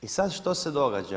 I sad što se događa?